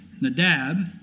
Nadab